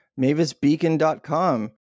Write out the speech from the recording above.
Mavisbeacon.com